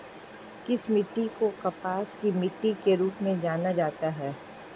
किस मिट्टी को कपास की मिट्टी के रूप में जाना जाता है?